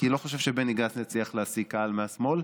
כי אני לא חושב שבני גנץ יצליח להשיג קהל מהשמאל,